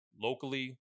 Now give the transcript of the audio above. locally